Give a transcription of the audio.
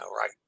right